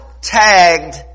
tagged